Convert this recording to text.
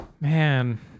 Man